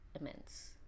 immense